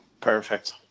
Perfect